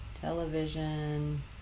Television